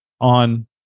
on